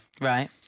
right